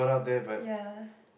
ya